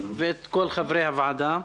ואת כל חברי הוועדה.